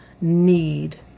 need